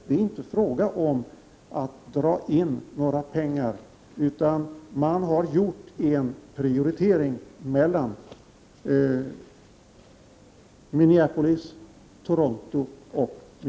Det är inte fråga om att dra in några pengar, utan man har gjort en prioritering av detta slag.